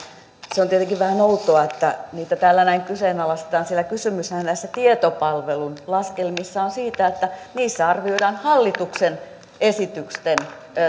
se on tietenkin vähän outoa että niitä täällä näin kyseenalaistetaan sillä kysymyshän näissä tietopalvelun laskelmissa on siitä että niissä arvioidaan hallituksen esitysten